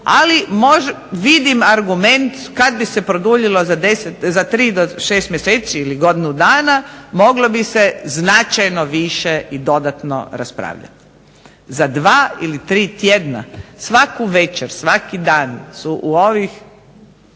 Ali, vidim argument kad bi se produljilo za 3 do 6 mjeseci ili godinu dana moglo bi se značajno više i dodatno raspravljati. Za 2 ili 3 tjedna svaku večer, svaki dan su u ovih